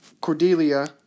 Cordelia